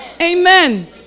Amen